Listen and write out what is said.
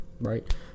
right